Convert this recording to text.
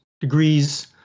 degrees